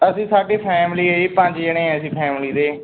ਅਸੀਂ ਸਾਡੀ ਫੈਮਿਲੀ ਹੈ ਜੀ ਪੰਜ ਜਣੇ ਹਾਂ ਅਸੀਂ ਫੈਮਲੀ ਦੇ